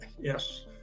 Yes